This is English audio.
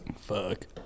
Fuck